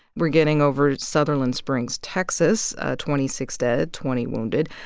we're getting over sutherland springs, texas twenty six dead, twenty wounded.